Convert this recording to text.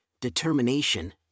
determination